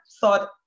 thought